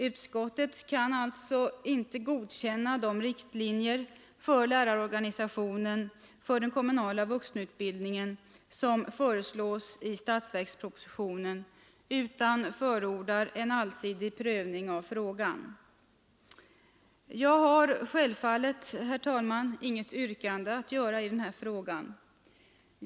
Utskottet kan alltså inte godkänna de riktlinjer för lärarorganisationen inom den kommunala vuxenutbildningen som föreslås i statsverkspropositionen utan förordar en allsidig prövning av frågan. Jag har självfallet, herr talman, inget yrkande att framställa i det här sammanhanget.